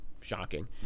shocking